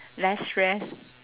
less stress